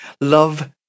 Love